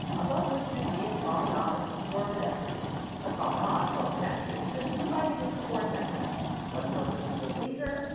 above which should be a promenade for pedestrians. the promenade for pedestrians should be divided into four sections one for persons of leisure,